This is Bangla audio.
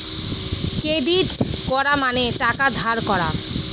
ক্রেডিট করা মানে টাকা ধার করা